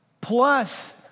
plus